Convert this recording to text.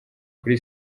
kuri